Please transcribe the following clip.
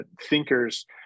thinkers